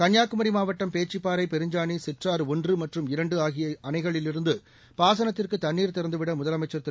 கள்னியாகுமி மாவட்டம் பேச்சிப்பாறை பெருஞ்சாணி சிற்றாறு ஒன்று மற்றும் சிற்றாறு இரண்டு ஆகிய அணைகளில் இருந்து பாசனத்திற்கு தண்ணீர் திறந்துவிட முதலமைச்சர் திரு